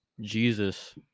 Jesus